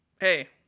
Hey